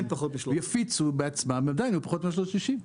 יפיצו בעצמם ועדיין יהיו פחות מ-360.